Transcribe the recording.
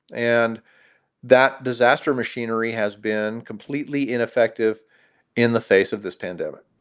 and that disaster machinery has been completely ineffective in the face of this pandemic